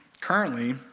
Currently